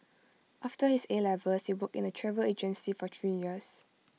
after his A levels he worked in A travel agency for three years